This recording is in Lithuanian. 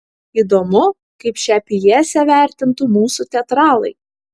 įdomu kaip šią pjesę vertintų mūsų teatralai